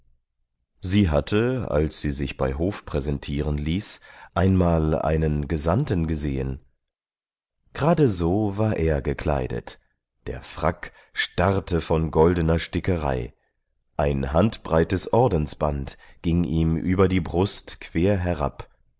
sie hatte als sie sich bei hof präsentieren ließ einmal einen schen gesandten gesehen gerade so war er gekleidet der frack starrte von goldener stickerei ein handbreites ordensband ging ihm über die brust quer herab